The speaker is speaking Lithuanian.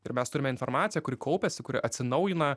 ir mes turime informaciją kuri kaupiasi kuri atsinaujina